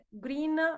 green